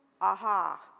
aha